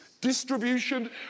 distribution